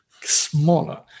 smaller